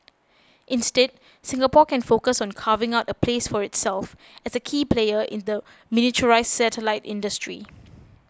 instead Singapore can focus on carving out a place for itself as a key player in the miniaturised satellite industry